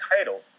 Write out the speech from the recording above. title